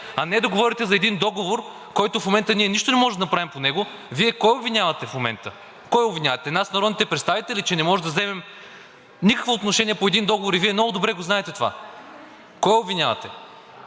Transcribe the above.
А не да говорите за един договор, по който в момента ние нищо не можем да направим. Вие кой обвинявате в момента? Кой обвинявате – нас, народните представители, ли, че не можем да вземем никакво отношение по един договор, и Вие много добре знаете това? Кой обвинявате?